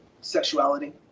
Sexuality